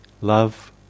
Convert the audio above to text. Love